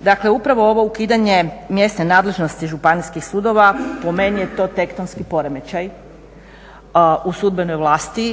Dakle upravo ovo ukidanje mjesne nadležnosti sudova po meni je to tektonski poremećaj u sudbenoj vlasti,